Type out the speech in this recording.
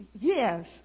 Yes